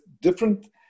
different